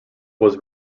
was